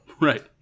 Right